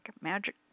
magic